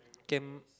camp